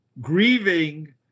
grieving